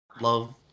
love